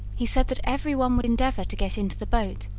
he said that every one would endeavour to get into the boat,